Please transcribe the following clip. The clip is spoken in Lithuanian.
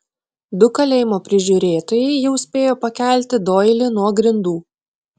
du kalėjimo prižiūrėtojai jau spėjo pakelti doilį nuo grindų